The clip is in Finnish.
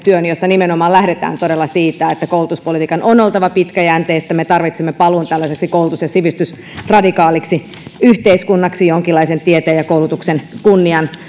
työn jossa lähdetään todella siitä että koulutuspolitiikan on oltava pitkäjänteistä me tarvitsemme paluun tällaiseksi koulutus ja sivistysradikaaliksi yhteiskunnaksi jonkinlaisen tieteen ja koulutuksen kunnian